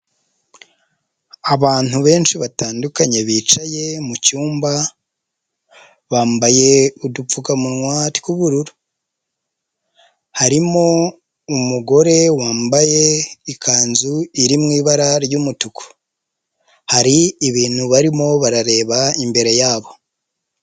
Abantu benshi batandukanye, bicaye mu cyumba, bambaye udupfukamunwa tw'ubururu. Harimo umugore wambaye ikanzu iri mu ibara ry'umutuku, hari ibintu barimo barareba imbere yabo.